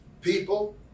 People